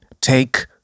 Take